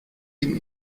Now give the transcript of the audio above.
ihm